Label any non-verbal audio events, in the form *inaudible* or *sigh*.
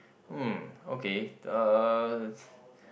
mm okay uh *breath*